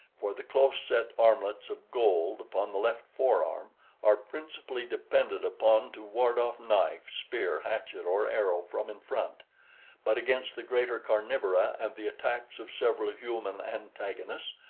for the close-set armlets of gold upon the left forearm are principally depended upon to ward off knife, spear, hatchet, or arrow from in front but against the greater carnivora and the attacks of several human antagonists,